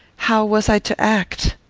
how was i to act?